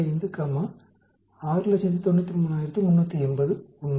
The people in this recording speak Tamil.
25 கமா 693380 உண்மை